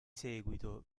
seguito